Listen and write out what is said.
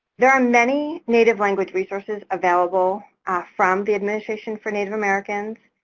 there are many native language resources available from the administration for native americans.